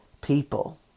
people